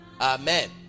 Amen